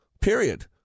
period